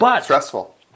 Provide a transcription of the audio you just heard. Stressful